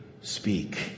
speak